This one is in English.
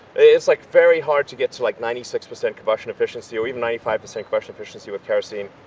it's like, very hard to get to like ninety six percent combustion efficiency, or even ninety five percent combustion efficiency with kerosene,